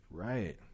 Right